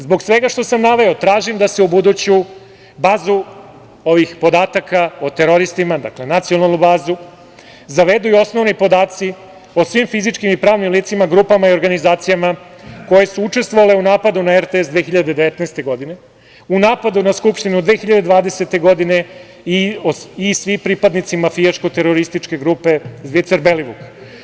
Zbog svega što sam naveo tražim da se u buduću bazu ovih podataka o teroristima, dakle nacionalnu bazu zavedu i osnovni podaci o svim fizičkim i pravnim licima, grupama i organizacijama koje su učestvovale u napadu na RTS 2019. godine, u napadu na Skupštinu 2020. godine i svi pripadnicima mafijaško-terorističke grupe Zvicer-Belivuk.